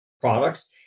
products